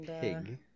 Pig